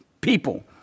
people